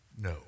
No